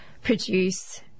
produce